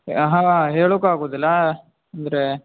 ಹಾಂ ಹೇಳಕ್ ಆಗೋದಿಲ್ಲ ಅಂದರೆ